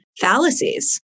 fallacies